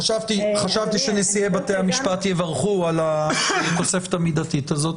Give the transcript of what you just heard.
חשבתי שנשיאי בתי המשפט יברכו על התוספת המידתית הזאת,